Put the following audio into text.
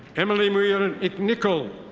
emily muyer you know nicol.